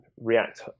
react